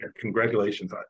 Congratulations